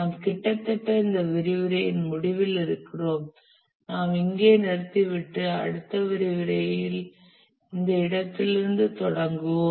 நாம் கிட்டத்தட்ட இந்த விரிவுரையின் முடிவில் இருக்கிறோம் நாம் இங்கே நிறுத்திவிட்டு அடுத்த விரிவுரையில் இந்த இடத்திலிருந்து தொடருவோம்